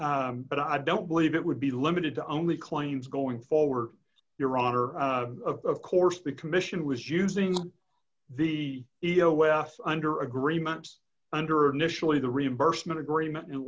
date but i don't believe it would be limited to only claims going forward your honor of course the commission was using the e o f under agreements under initially the reimbursement agreement and